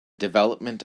development